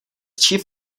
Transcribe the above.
chief